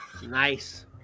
Nice